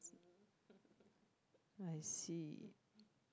I see